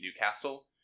Newcastle